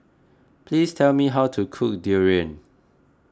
please tell me how to cook Durian